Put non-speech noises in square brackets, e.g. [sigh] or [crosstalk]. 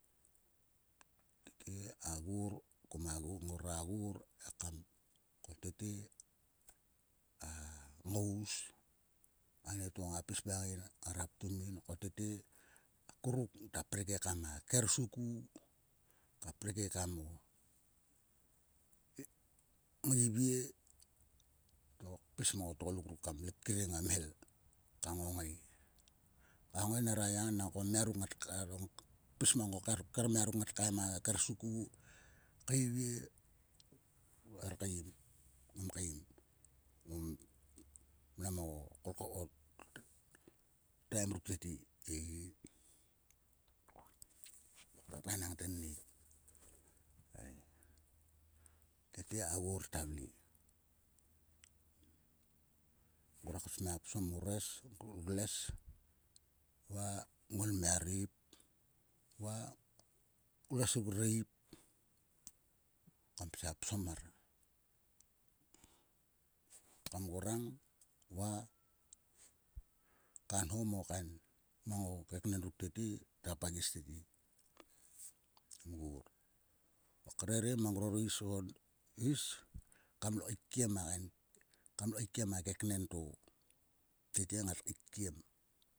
Tete a ghor koma ghor ngora ghor ekam ko tete a ngous aneto nga pis mangngein ngara ptum ko tete akvruk ngata prik ekam a ker suku. ngata prik ekam ngaevie to pis ma o tgoluk ruk kam kiring a mhel kam ngongae a ngongae nera ya nangko o mia ruk ngat kaiharom pis mang a kermhel to tkaen a ker suku tkeivie mua her keim. ngom keim mnan [unintelligible] o taim ruk tete ngota kenham tennik ei. Tete a gor ta vle. Ngruak smia psom ngues va nguelmalreip. va ngues ruk ireip kam smia psom mar kam gorang va kam nho mo kain keknen ruk tete ngata pagis tete gor. Ngruak rere mang nguaro is ruk o is kam lo keikiem a kain. a kekenen to tete ngat keikiem.